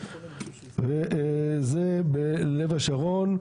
זה בלב השרון,